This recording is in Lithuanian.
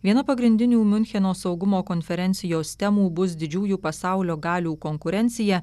viena pagrindinių miuncheno saugumo konferencijos temų bus didžiųjų pasaulio galių konkurencija